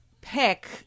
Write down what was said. pick